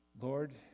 Lord